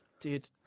Dude